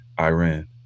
Iran